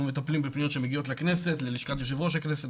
אנחנו מטפלים בפניות שמגיעות לכנסת ללשכת יושב ראש הכנסת,